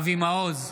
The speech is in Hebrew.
אבי מעוז,